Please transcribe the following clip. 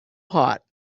hot